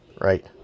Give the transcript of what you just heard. right